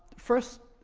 first,